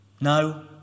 No